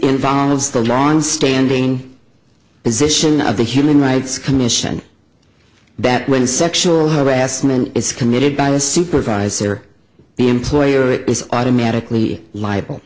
involves the longstanding position of the human rights commission that when sexual harassment is committed by a supervisor the employer is automatically li